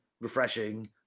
refreshing